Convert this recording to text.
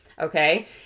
okay